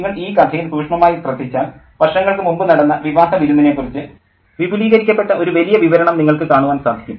നിങ്ങൾ ഈ കഥയിൽ സൂക്ഷ്മമായി ശ്രദ്ധിച്ചാൽ വർഷങ്ങൾക്കു മുമ്പ് നടന്ന ഒരു വിവാഹ വിരുന്നിനെക്കുറിച്ച് വിപുലീകരിക്കപ്പെട്ട ഒരു വലിയ വിവരണം നിങ്ങൾക്കു കാണുവാൻ സാധിക്കും